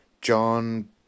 john